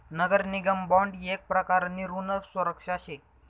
नगर निगम बॉन्ड येक प्रकारनी ऋण सुरक्षा शे